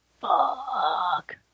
Fuck